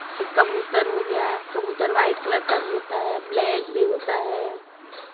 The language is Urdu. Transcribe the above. جیسے کبوتر ہو گیا کبوتر وائٹ کلر کا بھی ہوتا ہے بلیک بھی ہوتا ہے